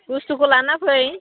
बुस्तुखौ लानानै फै